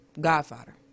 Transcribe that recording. godfather